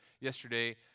Yesterday